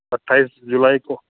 अट्ठाईस जुलाई को